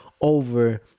over